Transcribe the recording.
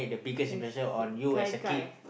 which is gai-gai